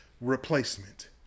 replacement